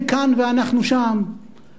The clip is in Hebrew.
הם כאן ואנחנו כאן,